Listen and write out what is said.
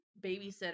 babysitter